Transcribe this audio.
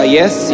yes